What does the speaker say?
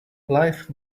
live